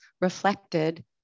reflected